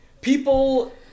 People